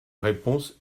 réponse